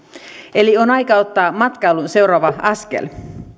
eli on aika ottaa matkailun seuraava askel